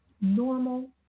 normal